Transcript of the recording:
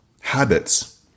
habits